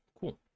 Cool